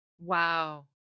Wow